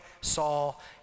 Saul